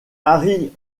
harry